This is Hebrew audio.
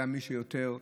היה מי שיותר,